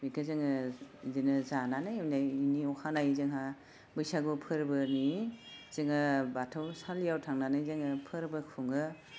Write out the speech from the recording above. बिखो जोङो बिदिनो जानानै उनैनि अखा नायै जोंहा बैसागु फोरबोनि जोङो बाथौ सालिआव थांनानै जोङो फोरबो खुङो